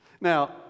Now